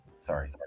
sorry